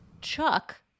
Chuck